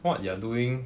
what you're doing